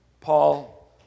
Paul